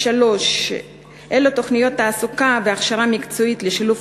3. אילו תוכניות תעסוקה והכשרה מקצועית לשילוב